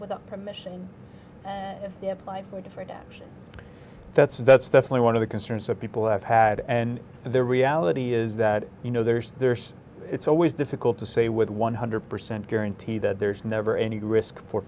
without permission that's that's definitely one of the concerns that people have had and the reality is that you know there's there's it's always difficult to say with one hundred percent guarantee that there's never any risk for